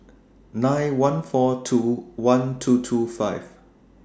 nine one four two one two two five